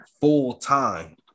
full-time